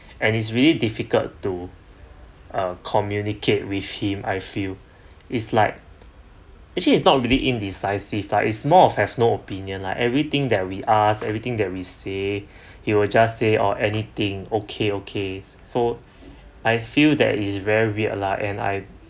and it's really difficult to uh communicate with him I feel it's like actually it's not really indecisive lah it's more of have no opinion lah everything that we ask everything that we say he will just say oh anything okay okay so I feel that is very weird lah and I